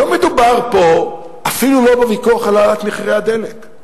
לא מדובר פה אפילו בוויכוח על העלאת מחירי הדלק.